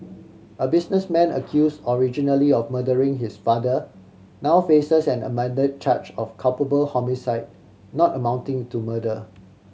a businessman accused originally of murdering his father now faces an amended charge of culpable homicide not amounting to murder